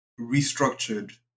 restructured